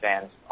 fans